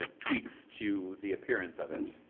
ah tweaks to the appearance of it.